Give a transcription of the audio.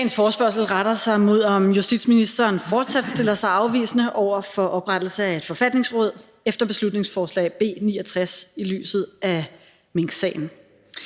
Dagens forespørgsel retter sig mod spørgsmålet, om justitsministeren fortsat stiller sig afvisende over for oprettelse af et forfatningsråd efter beslutningsforslag B 69 i lyset af minksagen.